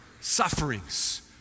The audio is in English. sufferings